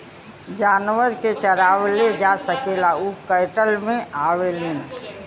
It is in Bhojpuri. जानवरन के चराए ले जा सकेला उ कैटल मे आवेलीन